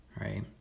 right